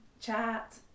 chat